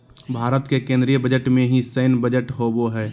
भारत के केन्द्रीय बजट में ही सैन्य बजट होबो हइ